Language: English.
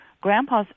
Grandpa's